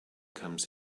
comes